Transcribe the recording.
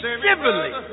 civilly